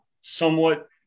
somewhat